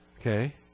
Okay